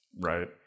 right